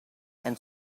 and